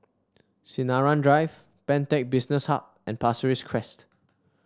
Sinaran Drive Pantech Business Hub and Pasir Ris Crest